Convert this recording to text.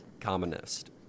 Communist